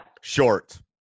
Short